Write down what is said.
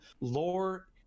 Lore